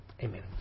amen